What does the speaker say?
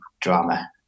drama